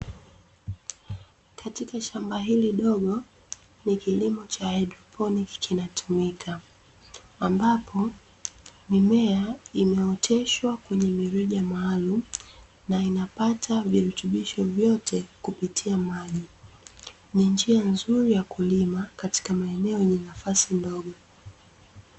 Katika shamba hili dogo ni kilimo cha "haidroponiki" kinatumika, ambapo mimea inaoteshwa kwenye mirija maalumu na inapata virutubisho vyote kupitia maji. Ni njia nzuri ya kulima katika maeneo yenye nafasi ndogo.